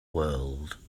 world